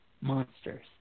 monsters